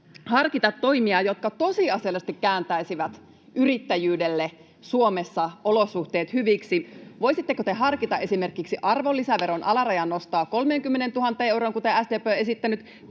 harkita toimia, jotka tosiasiallisesti kääntäisivät yrittäjyydelle Suomessa olosuhteet hyviksi. Voisitteko te harkita esimerkiksi arvonlisäveron alarajan nostoa 30 000 euroon, kuten SDP on esittänyt,